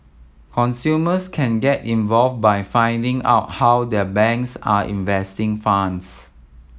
consumers can get involved by finding out how their banks are investing funds